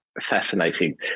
fascinating